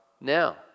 now